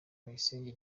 bayisenge